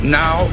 now